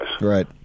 right